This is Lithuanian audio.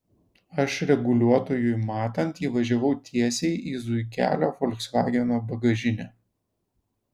aš reguliuotojui matant įvažiavau tiesiai į zuikelio folksvageno bagažinę